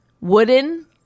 Wooden